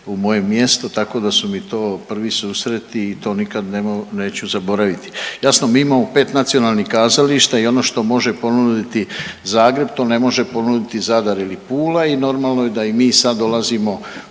u moje mjesto tako da su mi to prvi susreti i to nikad neću zaboraviti. Jasno mi imamo pet nacionalnih kazališta i ono što može ponuditi Zagreb to ne može ponuditi Zadar ili Pula i normalno je da i mi sada dolazimo